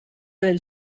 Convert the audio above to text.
del